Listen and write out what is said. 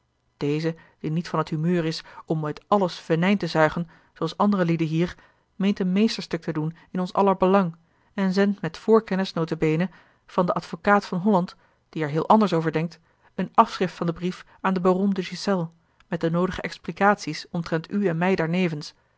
deze die niet van t humeur is om uit alles venijn te zuigen zooals andere lieden hier meent een meesterstuk te doen in ons aller belang en zendt met voorkennis nota bene van den advocaat van holland die er heel anders over denkt een afschrift van den brief aan den baron de ghiselles met de noodige explicaties omtrent u en mij daarnevens